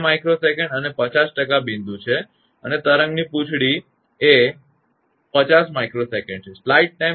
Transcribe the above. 2𝜇𝑠 અને 50 બિંદુ છે અને તરંગની પૂંછડી જે 50𝜇𝑠 છે